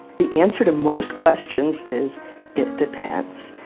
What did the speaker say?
the answer to most questions is it depends.